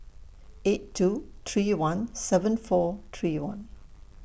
eight two three one seven four three one